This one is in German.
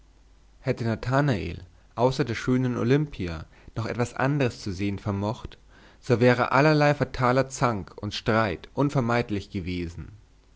hätte nathanael außer der schönen olimpia noch etwas andres zu sehen vermocht so wäre allerlei fataler zank und streit unvermeidlich gewesen